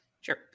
Sure